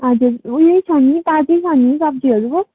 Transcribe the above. हजुर उयो छ नि ताजै छ नि सब्जीहरू